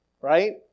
right